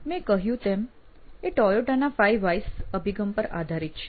મેં કહ્યું તેમ એ ટોયોટાના 5 વ્હાયસ અભિગમ પર આધારિત છે